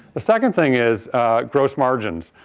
the second thing is gross margins.